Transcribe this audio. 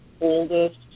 oldest